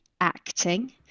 acting